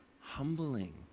humbling